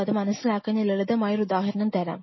അത് മനസിലാക്കാൻ ഞാൻ ലളിതമായ ഒരു ഉദാഹരണം തരാം